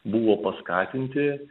buvo paskatinti